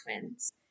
twins